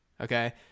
okay